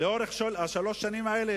לאורך שלוש השנים האלה,